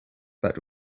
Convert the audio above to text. that